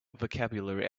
vocabulary